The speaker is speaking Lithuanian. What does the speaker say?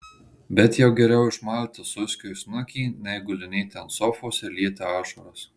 bet jau geriau išmalti suskiui snukį nei gulinėti ant sofos ir lieti ašaras